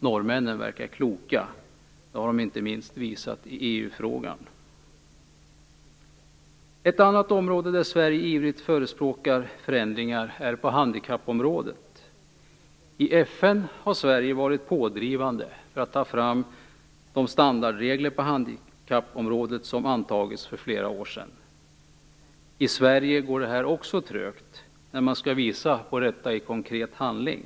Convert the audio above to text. Norrmännen verkar kloka - det har de visat inte minst i EU-frågan. Ett annat område där Sverige ivrigt förespråkar förändringar är på handikappområdet. I FN har Sverige varit pådrivande för att ta fram de standardregler på handikappområdet som antagits för flera år sedan. I Sverige går också detta trögt när man skall visa detta i konkret handling.